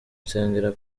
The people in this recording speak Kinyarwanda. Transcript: nsengera